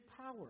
power